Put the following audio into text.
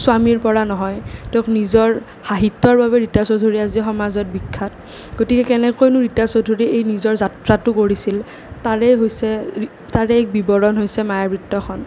স্বামীৰ পৰা নহয় তেওঁক নিজৰ সাহিত্যৰ বাবে ৰীতা চৌধুৰী আজি সমাজত বিখ্যাত গতিকে কেনেকৈনো ৰীতা চৌধুৰী এই নিজৰ যাত্ৰাটো কৰিছিল তাৰেই হৈছে তাৰেই এক বিৱৰণ হৈছে মায়াবৃত্তখন